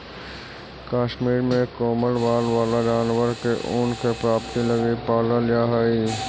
कश्मीर में कोमल बाल वाला जानवर के ऊन के प्राप्ति लगी पालल जा हइ